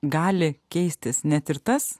gali keistis net ir tas